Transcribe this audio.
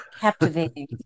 captivating